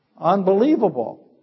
unbelievable